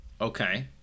Okay